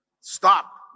stop